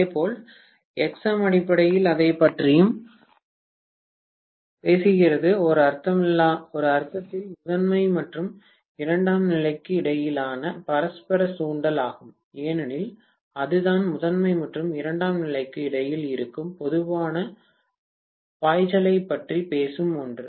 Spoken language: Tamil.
இதேபோல் எக்ஸ்எம் அடிப்படையில் எதைப் பற்றியும் பேசுகிறது ஒரு அர்த்தத்தில் முதன்மை மற்றும் இரண்டாம் நிலைக்கு இடையிலான பரஸ்பர தூண்டல் ஆகும் ஏனெனில் அதுதான் முதன்மை மற்றும் இரண்டாம் நிலைக்கு இடையில் இருக்கும் பொதுவான பாய்ச்சலைப் பற்றி பேசும் ஒன்று